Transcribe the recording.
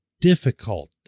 difficult